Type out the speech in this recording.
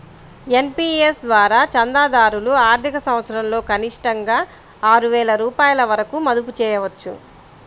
NPS ద్వారా చందాదారులు ఆర్థిక సంవత్సరంలో కనిష్టంగా ఆరు వేల రూపాయల వరకు మదుపు చేయవచ్చు